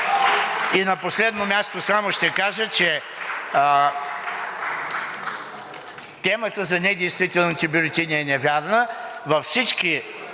И на последно място само ще кажа, че темата за недействителните бюлетини е невярна.